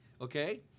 okay